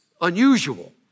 unusual